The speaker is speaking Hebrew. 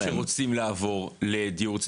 ומה היתרון הגדול של הדיור הציבורי שרוצים לעבור לדיור,